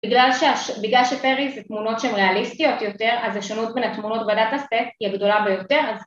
‫בגלל שפריז זה תמונות ‫שהן ריאליסטיות יותר, ‫אז השונות בין התמונות בדאטה-סט ‫היא הגדולה ביותר,